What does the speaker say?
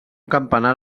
campanar